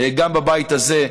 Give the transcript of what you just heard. גם בבית הזה,